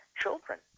children